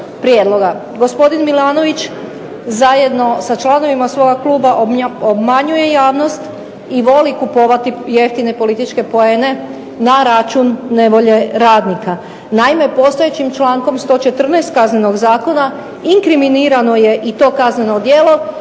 prijedloga. Gospodin Milanović zajedno sa članovima svojega kluba obmanjuje javnost i voli kupovati jeftine političke poene na račun nevolje radnika. Naime postojećim člankom 114. Kaznenog zakona inkriminirano je i to kazneno djelo,